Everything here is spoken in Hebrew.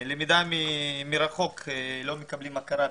במקרה של למידה מרחוק כלל לא מקבלים הכרה.